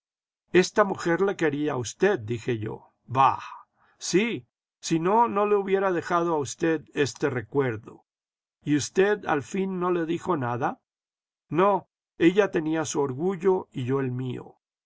esta mujer le quería a usted dije yo íbah sí si no no le hubiera dejado a usted este recuerdo y usted al fin no le dijo nada no ella tenía su orgullo yo el mío